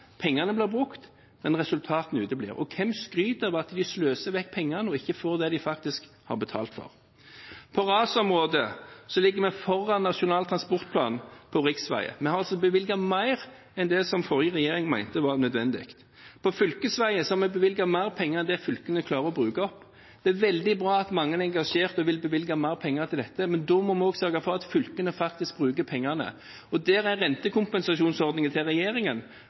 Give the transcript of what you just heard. pengene blir brukt, men resultatene uteblir. Og hvem skryter av at de sløser vekk penger, når de ikke får det de faktisk har betalt for? På rasområdet ligger vi foran Nasjonal transportplan når det gjelder riksveier. Vi har bevilget mer enn det den forrige regjeringen mente var nødvendig. Når det gjelder fylkesveier, har vi bevilget mer penger enn det fylkene klarer å bruke opp. Det er veldig bra at mange er engasjert og vil bevilge mer penger til dette, men da må vi også sørge for at fylkene faktisk bruker pengene. Rentekompensasjonsordningen – foreslått avviklet av de rød-grønne – blir videreført av denne regjeringen